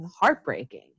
heartbreaking